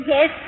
Yes